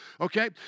Okay